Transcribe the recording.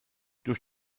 durch